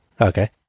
Okay